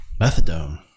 methadone